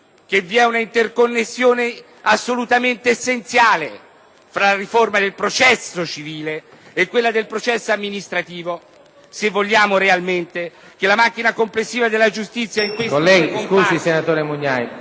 che vi è un'interconnessione assolutamente essenziale tra la riforma del processo civile e quella del processo amministrativo se si vuole realmente che la macchina complessiva della giustizia funzioni.